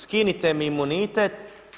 Skinite mi imunitet.